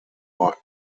more